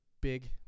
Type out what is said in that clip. Big